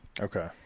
Okay